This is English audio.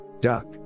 Duck